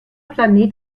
planet